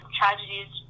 tragedies